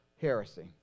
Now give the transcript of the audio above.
heresy